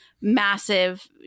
massive